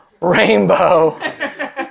rainbow